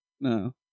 no